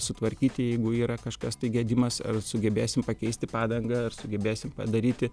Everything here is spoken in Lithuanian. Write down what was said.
sutvarkyti jeigu yra kažkas tai gedimas ar sugebėsim pakeisti padangą ar sugebėsim padaryti